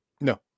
No